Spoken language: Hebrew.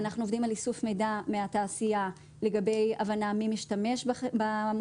אנחנו עובדים על איסוף מידע מהתעשייה לגבי הבנה מי משתמש במוצרים,